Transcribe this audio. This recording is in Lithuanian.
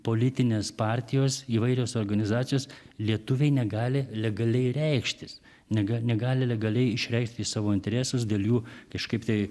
politinės partijos įvairios organizacijos lietuviai negali legaliai reikštis nega negali legaliai išreikšti savo interesus dėl jų kažkaip tai